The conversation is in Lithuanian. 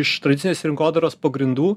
iš tradicinės rinkodaros pagrindų